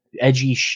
edgy